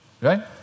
right